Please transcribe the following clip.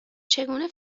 چگونه